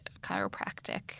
chiropractic